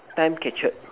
time captured